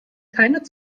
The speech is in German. keinen